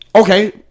Okay